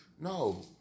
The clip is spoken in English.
No